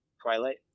Twilight